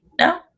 no